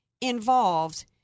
involved